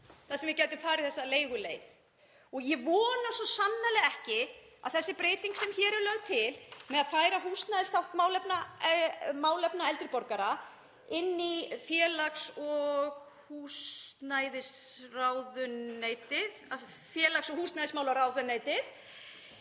þar sem við gætum farið þessa leiguleið. Ég vona svo sannarlega að þessi breyting sem hér er lögð til, að færa húsnæðisþátt málefna eldri borgara inn í félags- og húsnæðismálaráðuneytið,